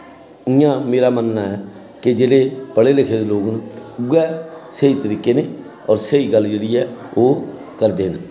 इ'यां मेरा मन्नना ऐ के जेह्ड़े पढ़े लिखे दे लोक न उ'ऐ स्होई तरीके नै होर स्हेई गल्ल जेह्ड़ी ऐ ओह् करदे न